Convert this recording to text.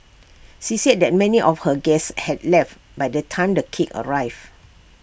she said that many of her guests had left by the time the cake arrived